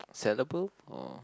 sellable or